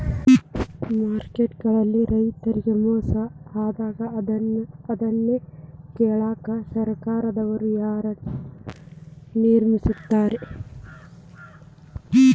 Market ಗಳಲ್ಲಿ ರೈತರಿಗೆ ಮೋಸ ಆದಾಗ ಅದನ್ನ ಕೇಳಾಕ್ ಸರಕಾರದವರು ಯಾರನ್ನಾ ನೇಮಿಸಿರ್ತಾರಿ?